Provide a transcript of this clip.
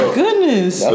goodness